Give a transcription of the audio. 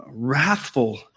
wrathful